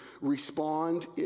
respond